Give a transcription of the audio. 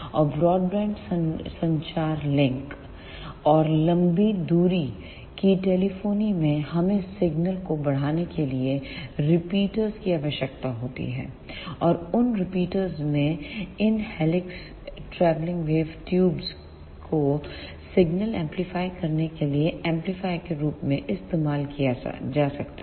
और ब्रॉडबैंड संचार लिंक और लंबी दूरी की टेलीफोनी में हमें सिग्नल को बढ़ाने के लिए रिपीटर्स की आवश्यकता होती है और उन रिपीटर्स में इन हेलिक्स ट्रैवलिंग वेव ट्यूब्स को सिग्नल एम्पलीफाय करने के लिए एम्पलीफायर के रूप में इस्तेमाल किया जा सकता है